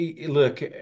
look